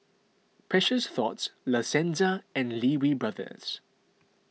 Precious Thots La Senza and Lee Wee Brothers